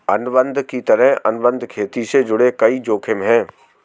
अनुबंध की तरह, अनुबंध खेती से जुड़े कई जोखिम है